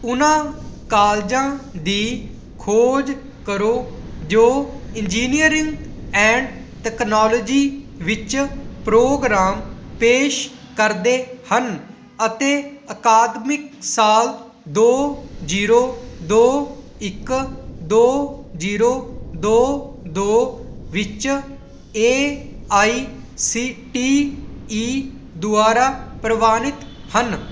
ਉਹਨਾਂ ਕਾਲਜਾਂ ਦੀ ਖੋਜ ਕਰੋ ਜੋ ਇੰਜੀਨੀਅਰਿੰਗ ਐਂਡ ਤਕਨੋਲਜੀ ਵਿੱਚ ਪ੍ਰੋਗਰਾਮ ਪੇਸ਼ ਕਰਦੇ ਹਨ ਅਤੇ ਅਕਾਦਮਿਕ ਸਾਲ ਦੋ ਜੀਰੋ ਦੋ ਇੱਕ ਦੋ ਜੀਰੋ ਦੋ ਦੋ ਵਿੱਚ A I C T E ਦੁਆਰਾ ਪ੍ਰਵਾਨਿਤ ਹਨ